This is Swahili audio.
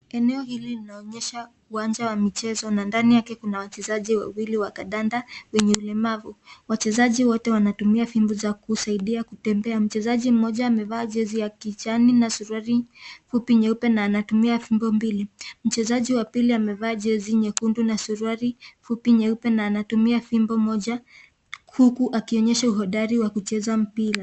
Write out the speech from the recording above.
Eneo hili linaonyesha uwanja wa michezo na ndani yake kuna wachezaji wawili wa kandanda wenye ulemavu wachezaji wote wanatumia fimbo ya kusaidia kutembea mchezaji mmoja amevaa jezi ya kijani suruali fupi nyeupe na anatumia fimbo mbili, mchezaji wa pili amevaa jezi nyekundu na suruali fupi nyeupe na anatumia fimbo moja huku akiuonyesha uhodari wa kucheza mpira.